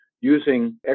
using